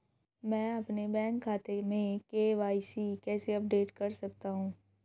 मैं अपने बैंक खाते में के.वाई.सी कैसे अपडेट कर सकता हूँ?